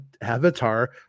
Avatar